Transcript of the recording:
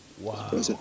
Wow